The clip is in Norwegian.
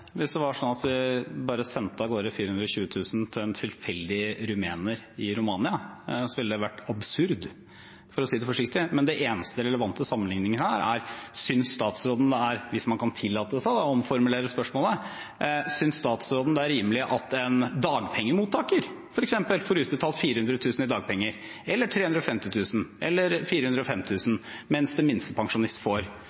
Hvis det var sånn at vi bare sendte av gårde 420 000 kr til en tilfeldig rumener i Romania, ville det vært absurd, for å si det forsiktig. Det eneste relevante i sammenligningen her er, hvis man kan tillate seg å omformulere spørsmålet: Synes statsråden det er rimelig at en dagpengemottaker, f.eks., får utbetalt 400 000 kr i dagpenger, eller 350 000, eller